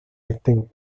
acting